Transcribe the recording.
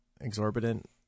exorbitant